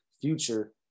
future